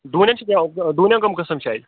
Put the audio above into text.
ڈوٗنٮ۪ن چھِ ڈوٗنٮ۪ن کَم قٕسٕم چھِ اَتہِ